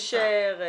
נשר,